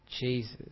Jesus